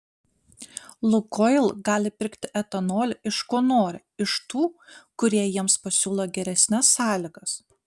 lukoil gali pirkti etanolį iš ko nori iš tų kurie jiems pasiūlo geresnes sąlygas